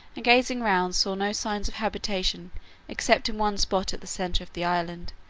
and gazing round saw no signs of habitation except in one spot at the centre of the island,